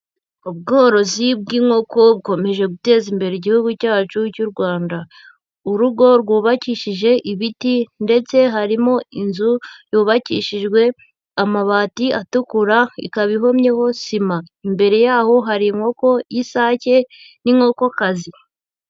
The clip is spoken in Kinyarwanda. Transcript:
Ubworozi bw'inkoko bukomeje guteza imbere igihugu cyacu cy'u Rwanda, urugo rwubakishije ibiti ndetse harimo inzu yubakishijwe amabati atukura, ikaba ihomyeho sima, imbere yaho hari inkoko y'isake, n'inkokokazi.